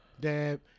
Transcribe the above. dab